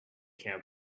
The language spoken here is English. care